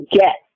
get